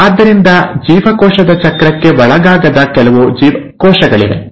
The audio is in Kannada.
ಆದ್ದರಿಂದ ಜೀವಕೋಶದ ಚಕ್ರಕ್ಕೆ ಒಳಗಾಗದ ಕೆಲವು ಕೋಶಗಳಿವೆ